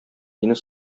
мине